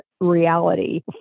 reality